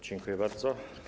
Dziękuję bardzo.